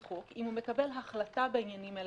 חוק; אם הוא מקבל החלטה בעניינים האלה,